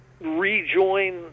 rejoin